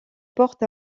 porte